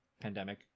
pandemic